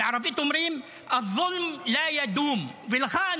בערבית אומרים: (אומר בערבית:.) תודה.